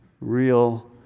real